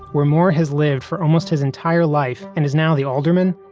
where moore has lived for almost his entire life and is now the alderman.